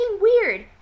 weird